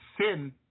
sin